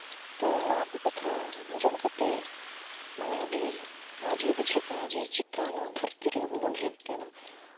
ᱛᱳ ᱱᱚᱣᱟ ᱠᱚ ᱠᱟᱛᱷᱟ ᱟᱸᱡᱚᱢ ᱠᱟᱛᱮᱫ ᱢᱟᱱᱮ ᱟᱹᱰᱤ ᱢᱚᱡᱽ ᱜᱮ ᱵᱩᱡᱷᱟᱹᱜ ᱠᱟᱱᱟ ᱡᱮ ᱪᱤᱠᱟᱹ ᱱᱚᱣᱟ ᱫᱷᱟᱹᱨᱛᱤᱨᱮ ᱟᱵᱚᱵᱚᱱ ᱦᱮᱡ ᱟᱠᱟᱱᱟ